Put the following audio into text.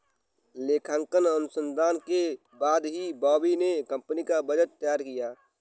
लेखांकन अनुसंधान के बाद ही बॉबी ने कंपनी का बजट तैयार किया